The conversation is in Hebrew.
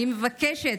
אני מבקשת,